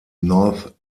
north